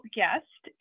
guest